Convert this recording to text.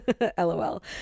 LOL